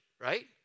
right